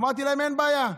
אמרתי להם: אין בעיה.